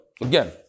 again